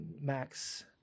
Max